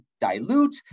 dilute